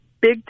big